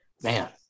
man